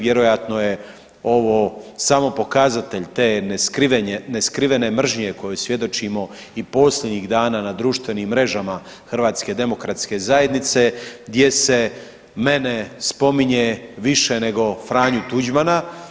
Vjerojatno je ovo samo pokazatelj te neskrivene mržnje kojoj svjedočimo i posljednjih dana na društvenim mrežama HDZ-a gdje se mene spominje više nego Franju Tuđmana.